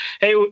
hey